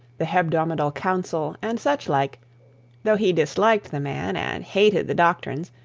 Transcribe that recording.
the hebdomadal council, and such like though he disliked the man, and hated the doctrines,